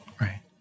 right